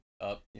up